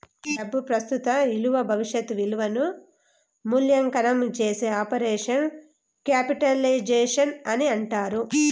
డబ్బు ప్రస్తుత ఇలువ భవిష్యత్ ఇలువను మూల్యాంకనం చేసే ఆపరేషన్ క్యాపిటలైజేషన్ అని అంటారు